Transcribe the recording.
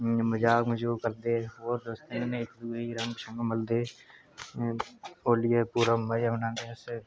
मजाक मजूक करदे और उस दिन गै इक दूए ई रंग रुंग मलदे रंग होलियै दा पूरा मजा मनांदे अस